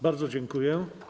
Bardzo dziękuję.